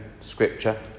Scripture